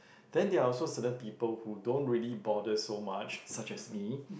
then there are also certain people who don't really bother so much such as me